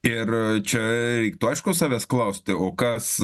ir čia reiktų aišku savęs klausti o kas